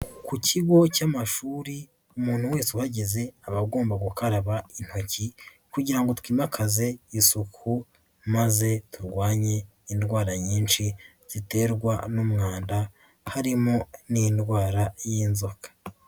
Ku kigo cy'amashuri, umuntu wese uhageze aba agomba gukaraba intoki kugira ngo twimakaze isuku, maze turwanye indwara nyinshi ziterwa n'umwanda, harimo n'indwara y'inzoka.